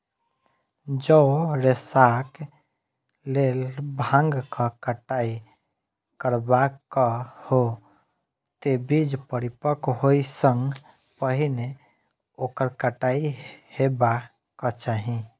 जौं रेशाक लेल भांगक कटाइ करबाक हो, ते बीज परिपक्व होइ सं पहिने ओकर कटाइ हेबाक चाही